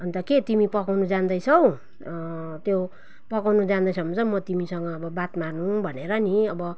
अन्त के तिमी पकाउनु जान्दछौ त्यो पकाउनु जान्दछौ भने चाहिँ म तिमीसँगै अब बात मार्नु भनेर नि अब